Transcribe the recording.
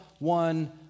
one